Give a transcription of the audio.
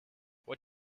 what